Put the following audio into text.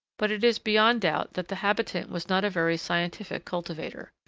but it is beyond doubt that the habitant was not a very scientific cultivator.